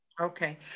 Okay